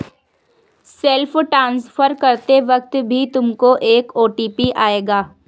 self transfer करते वक्त भी तुमको एक ओ.टी.पी आएगा